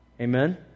Amen